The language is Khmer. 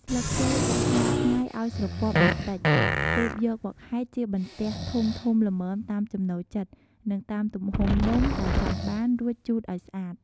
ស្លឹកចេក ដាក់ហាលថ្ងៃឱ្យស្រពាប់បន្តិច ទើបយកមកហែកជាបន្ទះធំៗល្មមតាមចំណូលចិត្ត និងតាមទំហំនំដែលចង់បាន រួចជូតឱ្យស្អាត។